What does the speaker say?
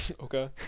Okay